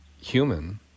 human